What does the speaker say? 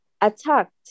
attacked